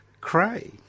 Cray